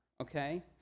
Okay